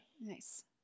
Nice